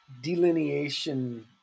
delineation